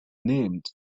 named